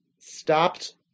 stopped